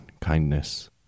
Kindness